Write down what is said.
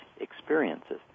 experiences